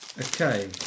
Okay